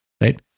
Right